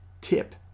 tip